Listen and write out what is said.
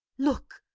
look!